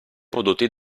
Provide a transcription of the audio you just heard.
prodotti